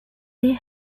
they